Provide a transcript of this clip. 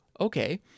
Okay